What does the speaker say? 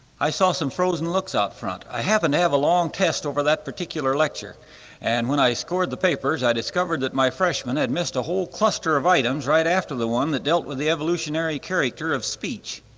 i saw some frozen looks out front, i happen to have a long test over that particular lecture and when i scored the papers i discovered that my freshmen had missed a whole cluster of items right after the one that dealt with the evolutionary character of speech.